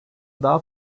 daha